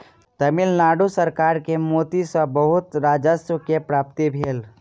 तमिल नाडु सरकार के मोती सॅ बहुत राजस्व के प्राप्ति भेल